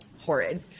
horrid